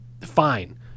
fine